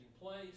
place